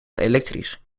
elektrisch